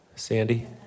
Sandy